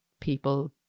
people